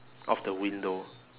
of the window